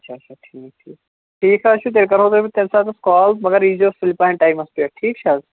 اچھا اچھا ٹھیٖک ٹھیٖک ٹھیٖک حظ چھُ تیٚلہِ کٔرِو تُہۍ بہٕ تمہِ ساتن کال مَگر ییزیٚو سُلہِ پَہم ٹایمَس پیٚٹھ ٹھیٖک چھُ حظ